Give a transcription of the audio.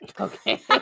Okay